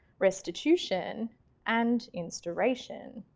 restitution and inspiration?